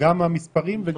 גם המספרים.